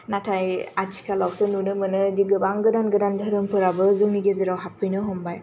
नाथाय आथिखालावसो नुनो मोनोदि गोबां गोदान गोदान धोरोमाबो जोंनि गेजेराव हाबफैनो हमबाय